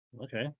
Okay